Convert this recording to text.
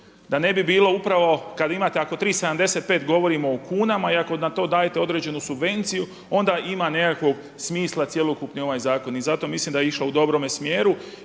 Da ne bi bilo upravo kada imate, ako 3,75, govorimo u kunama i ako na to dajete određenu subvenciju onda ima nekakvog smisla cjelokupni ovaj zakon. I zato mislim da je išla u dobrome smjeru.